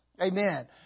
Amen